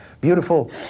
beautiful